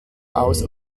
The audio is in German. aus